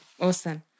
awesome